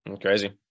Crazy